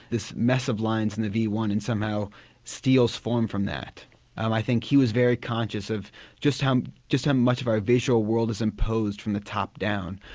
this mess of lines in the v one and somehow steals form from that. and i think he was very conscious of just how um much of our visual world is imposed from the top down.